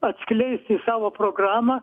atskleisti savo programą